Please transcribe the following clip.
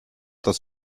das